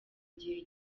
gihe